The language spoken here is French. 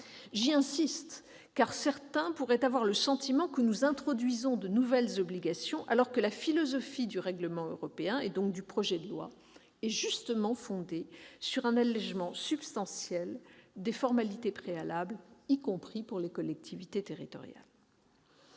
J'y insiste, car certains pourraient avoir le sentiment que nous introduisons de nouvelles obligations, alors que la philosophie du règlement européen, et donc du projet de loi, est justement fondée sur un allégement substantiel des formalités préalables, y compris pour les collectivités territoriales.